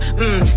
mmm